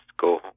go